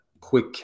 quick